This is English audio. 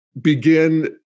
begin